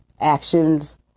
actions